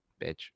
bitch